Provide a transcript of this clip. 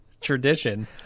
tradition